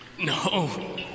No